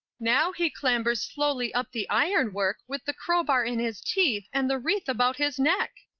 now he clambers slowly up the ironwork, with the crowbar in his teeth and the wreath about his neck.